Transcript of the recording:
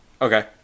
Okay